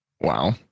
Wow